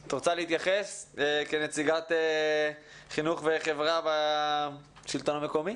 את רוצה להתייחס כנציגת חינוך וחברה בשלטון המקומי?